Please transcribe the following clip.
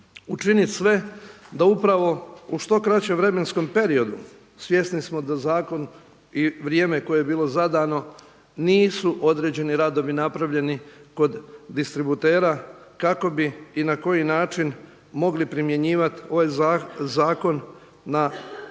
učiniti sve da upravo u što kraćem vremenskom periodu, svjesni smo da zakon i vrijeme koje je bilo zadano nisu određeni radovi napravljeni kod distributera kako bi i na koji način mogli primjenjivati ovaj zakon na